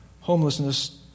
homelessness